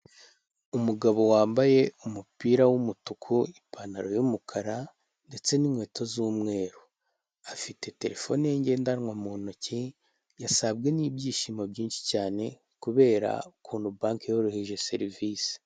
Umugabo wambaye umupira w'umutuku ipantaro y'umukara ndetse n'inkweto z'umweru, afite telefone ye ngendanwa mu ntoki, yasabwe n'ibyishimo byinshi cyane kubera ukuntu banki yoroheje serivisi.